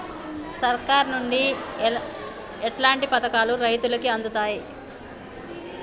సర్కారు నుండి ఎట్లాంటి పథకాలు రైతులకి అందుతయ్?